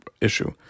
issue